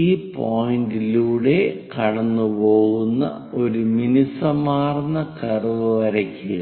ഈ പോയിന്റുകളിലൂടെ കടന്നുപോകുന്ന ഒരു മിനുസമാർന്ന കർവ് വരയ്ക്കുക